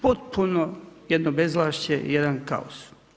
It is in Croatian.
Potpuno jedno bezvlašće i jedan kaos.